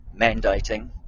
mandating